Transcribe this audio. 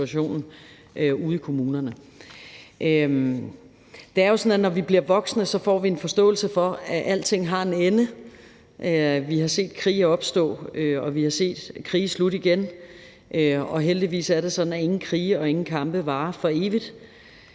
Det er jo sådan, at når vi bliver voksne, får vi en forståelse for, at alting har en ende. Vi har set krige opstå, og vi har set krige slutte igen. Og heldigvis er det sådan, at ingen krige og ingen kampe varer for evigt.